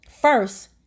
first